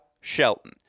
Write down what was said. Shelton